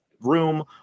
room